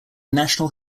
national